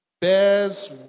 Bears